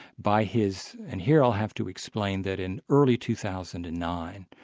by his and here i'll have to explain that in early two thousand and nine,